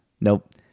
Nope